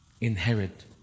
inherit